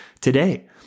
today